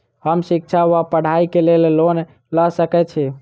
हम शिक्षा वा पढ़ाई केँ लेल लोन लऽ सकै छी?